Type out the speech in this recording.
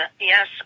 Yes